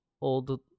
old